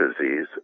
disease